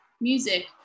music